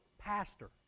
pastor